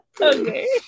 Okay